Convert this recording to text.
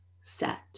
set